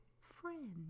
friend